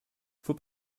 faut